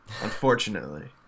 unfortunately